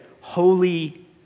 holy